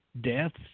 deaths